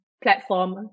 platform